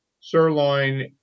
sirloin